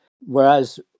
Whereas